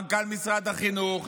מנכ"ל משרד החינוך,